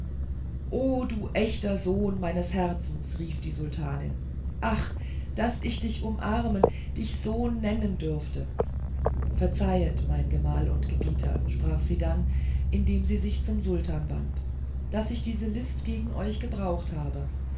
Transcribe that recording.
o du echter sohn meines herrn rief die sultanin ach daß ich dich umarmen dich sohn nennen dürfte verzeihet mein gemahl und gebieter sprach sie dann indem sie sich zum sultan wandte daß ich diese list gegen euch gebraucht habe